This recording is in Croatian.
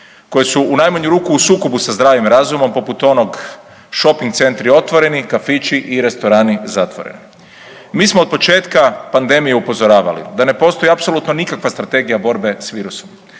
koje su u najmanju ruku u sukobu sa zdravim razumom poput onog šoping centri otvoreni, kafići i restorani zatvoreni. Mi smo otpočetka pandemije upozoravali da ne postoji apsolutno nikakva strategija borbe s virusom,